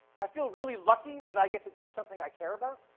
i feel really lucky that i get to do something i care about.